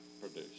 produce